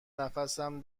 نفسم